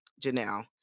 Janelle